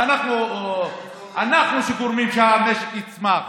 ואנחנו שגורמים שהמשק יצמח,